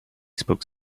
spoke